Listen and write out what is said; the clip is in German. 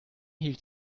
hielt